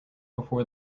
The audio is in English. before